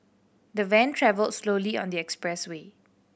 the van travelled slowly on the expressway